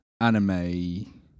anime